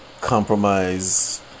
compromise